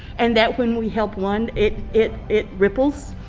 and that when we help one it it it ripples,